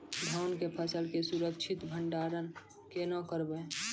धान के फसल के सुरक्षित भंडारण केना करबै?